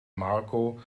marco